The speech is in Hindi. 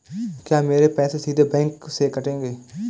क्या मेरे पैसे सीधे बैंक से कटेंगे?